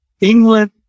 england